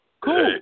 cool